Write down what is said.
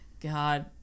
God